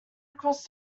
across